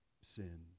sin